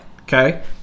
okay